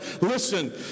Listen